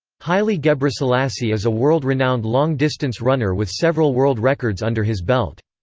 haile gebrselassie is a world-renowned long distance runner with several world records under his belt.